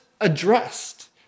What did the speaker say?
addressed